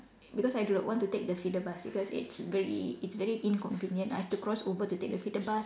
because I do not want to take the feeder bus because it's very it's very inconvenient I've to cross over to take the feeder bus